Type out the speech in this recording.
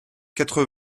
quatre